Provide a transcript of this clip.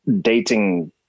dating